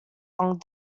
long